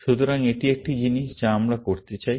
সুতরাং এটি একটি জিনিস যা আমরা করতে চাই